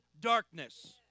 darkness